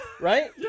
right